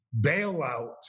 bailout